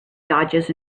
dodges